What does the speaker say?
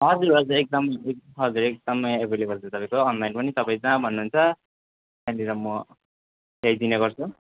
हजुर हजुर एकदम एकदम हजुर एकदमै एभाइलेभल छ तपाईँको अनलाइन पनि तपाईँ जहाँ भन्नुहुन्छ त्यहाँनिर म ल्याइदिने गर्छु